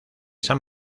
san